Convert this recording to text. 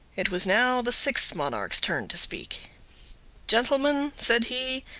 it was now the sixth monarch's turn to speak gentlemen, said he,